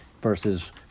versus